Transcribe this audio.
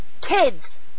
kids